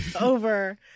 over